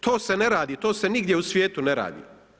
To se ne radi, to se nigdje u svijetu ne radi.